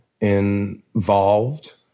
involved